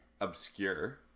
obscure